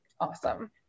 Awesome